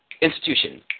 institution